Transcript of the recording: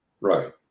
Right